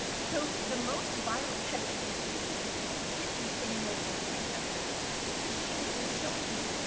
so the most viral ted talkers seemed to sit in the same way with these hand gestures because what they are doing is they are showing you,